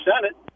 Senate